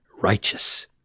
righteous